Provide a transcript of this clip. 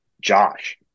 Josh